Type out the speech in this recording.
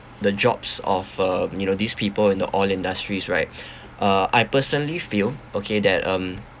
the jobs of uh you know these people in the oil industries right uh I personally feel okay that um